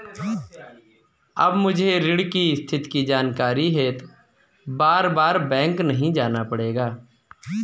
अब मुझे ऋण की स्थिति की जानकारी हेतु बारबार बैंक नहीं जाना पड़ेगा